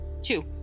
two